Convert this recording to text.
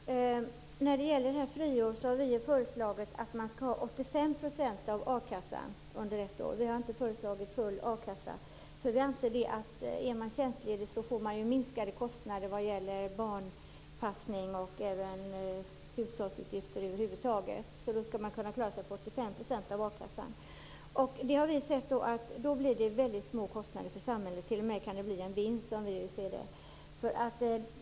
Fru talman! När det gäller friåret har vi föreslagit att man skall ha 85 % av a-kassan under ett år. Vi har inte föreslagit full a-kassa. Vi anser att om man är tjänstledig får man minskade kostnader vad gäller barnpassning och även hushållsutgifter över huvud taget. Då skulle man kunna klara sig på 85 % av akassan. Då blir det väldigt små kostnader för samhället. Det kan t.o.m. bli en vinst, som vi ser det.